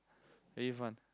very fun